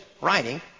writing